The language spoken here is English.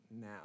now